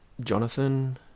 Jonathan